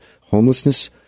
homelessness